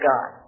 God